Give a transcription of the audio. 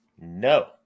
No